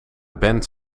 band